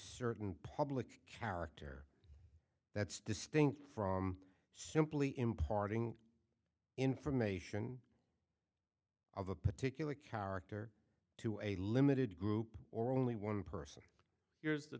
certain public character that's distinct from simply imparting information of a particular character to a limited group or only one person here's the